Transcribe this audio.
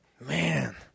Man